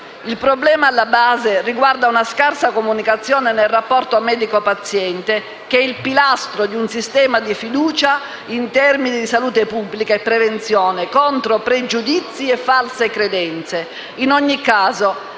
Il problema alla base riguarda una scarsa comunicazione nel rapporto medico-paziente, che è il pilastro di un sistema di fiducia in termini di salute pubblica e prevenzione contro pregiudizi e false credenze.